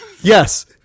Yes